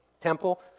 temple